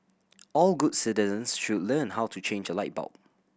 all good citizens should learn how to change a light bulb